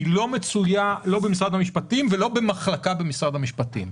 היא לא מצויה במשרד המשפטים או במחלקה במשרד המשפטים.